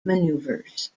maneuvers